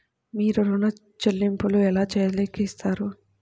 మీరు ఋణ ల్లింపులను ఎలా లెక్కిస్తారు?